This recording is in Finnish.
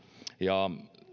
ja